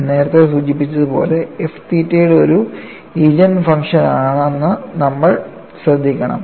ഞാൻ നേരത്തെ സൂചിപ്പിച്ചതുപോലെ f തീറ്റയുടെ ഒരു ഈജൻ ഫംഗ്ഷനാണെന്ന് നമ്മൾ ശ്രദ്ധിക്കണം